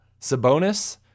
Sabonis